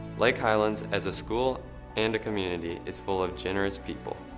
lake highlands as a school and a community is full of generous people.